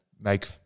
make